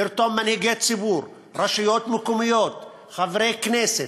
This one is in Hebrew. לרתום מנהיגי ציבור, רשויות מקומיות, חברי כנסת,